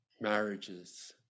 marriages